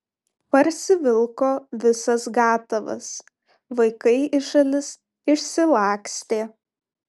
parsivilko visas gatavas vaikai į šalis išsilakstė